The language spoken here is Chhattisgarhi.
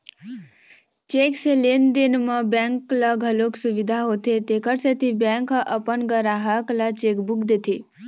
चेक से लेन देन म बेंक ल घलोक सुबिधा होथे तेखर सेती बेंक ह अपन गराहक ल चेकबूक देथे